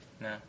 No